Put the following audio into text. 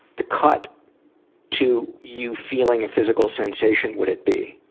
the cut to you feeling a physical sensation would it be?